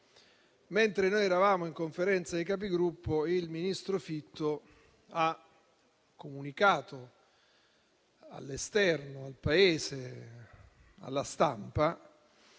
mentre noi eravamo in Conferenza dei Capigruppo, il ministro Fitto ha comunicato all'esterno, al Paese, alla stampa,